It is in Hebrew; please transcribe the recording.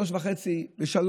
שלוש וחצי שעות,